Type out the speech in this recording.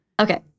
Okay